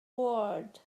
world